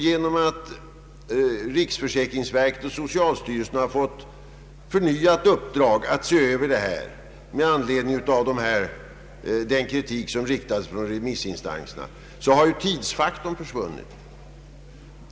Genom att riksförsäkringsverket och socialstyrelsen fått förnyat uppdrag att se över frågan med anledning av kritiken från remissinstanserna har tidsfaktorn bortfallit.